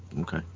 okay